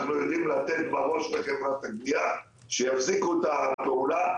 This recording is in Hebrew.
אנחנו יודעים לתת בראש לחברת הגבייה שיפסיקו את הפעולה,